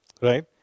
Right